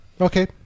okay